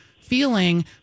feeling